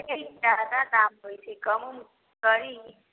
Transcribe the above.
केना जादा दाम होइ छै कम ऊम करी